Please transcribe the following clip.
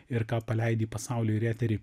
ir ką paleidi į pasaulį ir į eterį